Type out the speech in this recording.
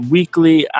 Weekly